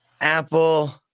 Apple